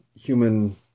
human